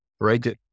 right